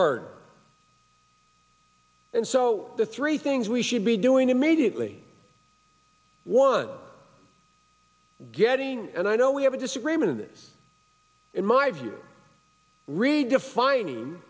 burden and so the three things we should be doing immediately one getting and i know we have a disagreement is in my view really defining